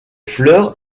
fleurs